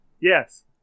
Yes